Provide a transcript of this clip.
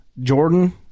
Jordan